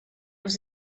was